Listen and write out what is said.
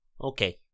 Okay